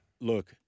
Look